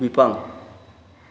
बिफां